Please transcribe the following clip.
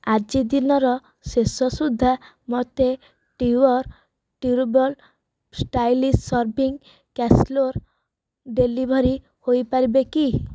ଆଜି ଦିନର ଶେଷ ସୁଦ୍ଧା ମୋତେ Trueware durable styles serving casserole deliver ହୋଇ ପାରିବେ କି